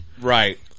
Right